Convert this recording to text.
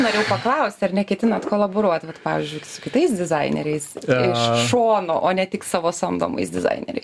norėjau paklausti ar neketinat kolaboruoti vat pavyzdžiui su kitais dizaineriais iš šono o ne tik savo samdomais dizaineriais